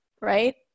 right